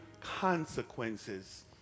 consequences